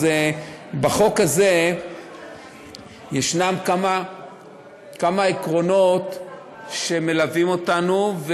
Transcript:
בחוק הזה יש כמה עקרונות שמלווים אותנו,